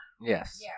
Yes